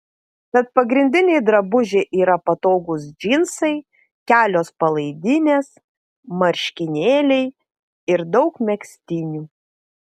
tad pagrindiniai drabužiai yra patogūs džinsai kelios palaidinės marškinėliai ir daug megztinių